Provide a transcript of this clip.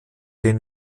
den